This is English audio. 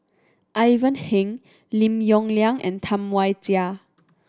Ivan Heng Lim Yong Liang and Tam Wai Jia